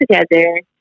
together